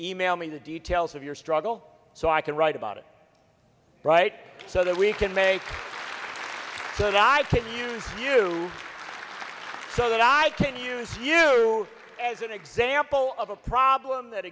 email me the details of your struggle so i can write about it right so that we can make certain i can use you so that i can use you as an example of a problem that